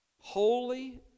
holy